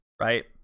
right